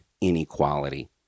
inequality